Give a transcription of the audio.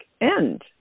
end